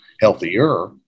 healthier